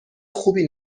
خوبی